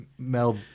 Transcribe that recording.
mel